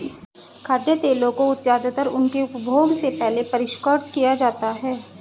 खाद्य तेलों को ज्यादातर उनके उपभोग से पहले परिष्कृत किया जाता है